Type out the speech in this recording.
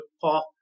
Paul